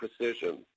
precision